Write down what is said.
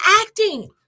acting